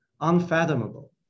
unfathomable